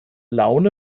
laune